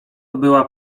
była